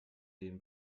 den